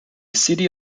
city